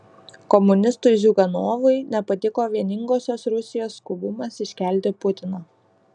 komunistui ziuganovui nepatiko vieningosios rusijos skubumas iškelti putiną